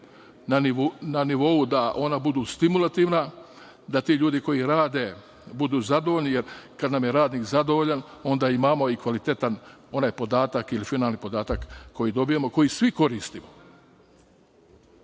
na nivou da ona budu stimulativna, da ti ljudi koji rade budu zadovoljni, jer kada nam je radnik zadovoljan, onda imamo i kvalitetan onaj podatak ili finalni podatak koji dobijamo, koji svi koristimo. Republički